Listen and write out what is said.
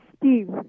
Steve